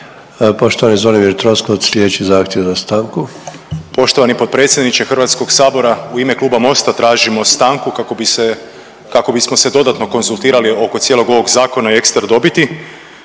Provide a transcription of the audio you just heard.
Poštovani Zvonimir Troskot sljedeći zahtjev za stanku. **Troskot, Zvonimir (MOST)** Poštovani potpredsjedniče Hrvatskog sabora, u ime kluba MOST-a tražimo stanku kako bismo se dodatno konzultirali oko cijelog ovog zakona i ekstra dobiti.